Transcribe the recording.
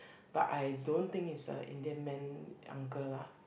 but I don't think is a Indian man uncle lah